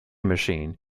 machine